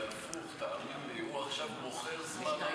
זה הפוך, תאמין לי, הוא עכשיו מוכר זמן.